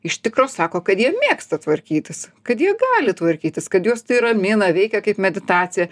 iš tikro sako kad jie mėgsta tvarkytis kad jie gali tvarkytis kad juos tai ramina veikia kaip meditacija